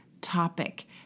topic